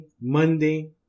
Monday